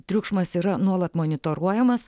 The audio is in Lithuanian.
triukšmas yra nuolat monitoruojamas